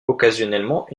occasionnellement